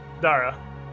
Dara